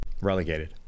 relegated